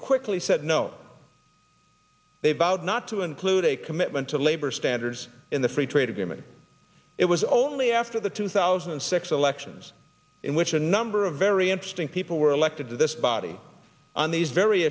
quickly said no they vowed not to include a commitment to labor standards in the free trade agreement it was only after the two thousand and six elections in which a number of very interesting people were elected to this body on these very